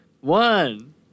One